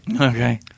Okay